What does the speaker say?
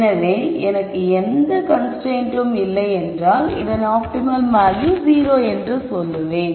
எனவே எனக்கு எந்தத் கன்ஸ்ரைன்ட்டும் இல்லை என்றால் இதன் ஆப்டிமம் வேல்யூ 0 என்று சொல்வேன்